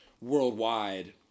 worldwide